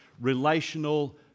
relational